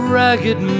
ragged